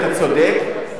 אתה צודק,